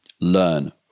learn